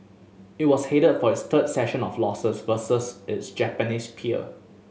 it was headed for its third session of losses versus its Japanese peer